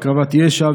והקרבת ישע,